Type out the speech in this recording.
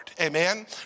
Amen